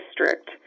district